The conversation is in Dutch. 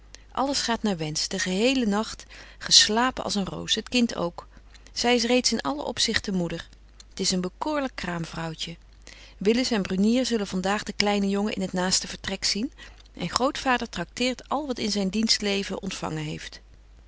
alles gaat naar wensch den geheelen nacht geslapen als een roos het kind ook zy is reeds in allen opzichte moeder t is een bekoorlyk kraamvrouwtje willis en brunier zullen van daag den kleinen jongen in het naaste vertrek zien en grootvader trakteert al wat in zyn dienst leven ontfangen heeft